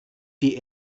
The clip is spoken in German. die